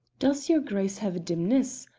does your grace have a dimness?